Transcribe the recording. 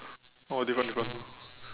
oh different different